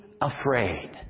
afraid